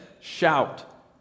shout